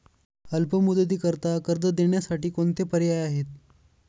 अल्प मुदतीकरीता कर्ज देण्यासाठी कोणते पर्याय आहेत?